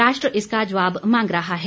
राष्ट्र इसका जवाब मांग रहा है